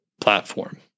platform